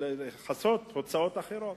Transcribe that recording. לכסות הוצאות אחרות,